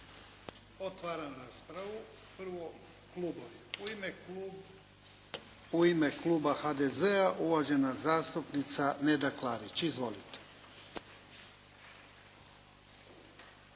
Otvaram raspravu. Prvo klubovi. U ime Kluba HDZ-a uvažena zastupnica Neda Klarić. Izvolite.